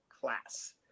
class